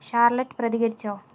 Charlotte പ്രതികരിച്ചോ